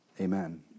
Amen